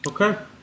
Okay